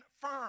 firm